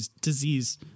disease